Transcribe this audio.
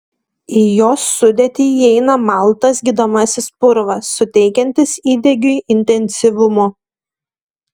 į jos sudėtį įeina maltas gydomasis purvas suteikiantis įdegiui intensyvumo